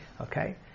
Okay